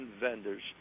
vendors